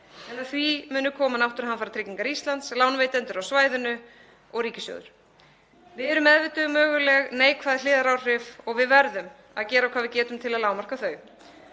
að því munu koma Náttúruhamfaratrygging Íslands, lánveitendur á svæðinu og ríkissjóður. Við erum meðvituð um möguleg neikvæð hliðaráhrif og við verðum að gera hvað við getum til að lágmarka þau.